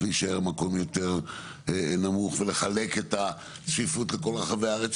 להישאר מקום יותר נמוך ולחלק את הצפיפות לכל רחבי הארץ.